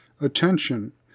attention